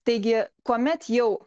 taigi kuomet jau